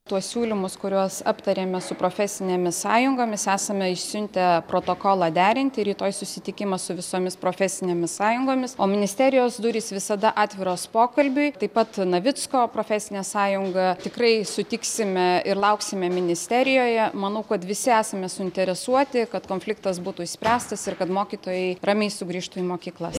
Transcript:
tuos siūlymus kuriuos aptarėme su profesinėmis sąjungomis esame išsiuntę protokolą derinti rytoj susitikimą su visomis profesinėmis sąjungomis o ministerijos durys visada atviros pokalbiui taip pat navicko profesinė sąjunga tikrai sutiksime ir lauksime ministerijoje manau kad visi esame suinteresuoti kad konfliktas būtų išspręstas ir kad mokytojai ramiai sugrįžtų į mokyklas